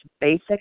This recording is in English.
basic